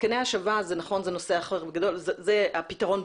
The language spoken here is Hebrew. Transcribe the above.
מתקני השבה זה נכון, זה נושא אחר.